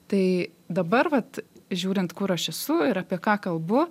tai dabar vat žiūrint kur aš esu ir apie ką kalbu